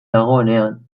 nagoenean